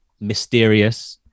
mysterious